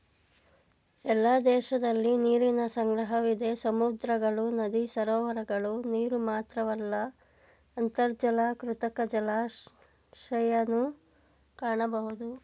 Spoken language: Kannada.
ಎಲ್ಲ ದೇಶದಲಿ ನೀರಿನ ಸಂಗ್ರಹವಿದೆ ಸಮುದ್ರಗಳು ನದಿ ಸರೋವರಗಳ ನೀರುಮಾತ್ರವಲ್ಲ ಅಂತರ್ಜಲ ಕೃತಕ ಜಲಾಶಯನೂ ಕಾಣಬೋದು